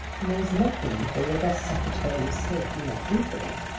and there is nothing that a robust secretary of state will not do for them.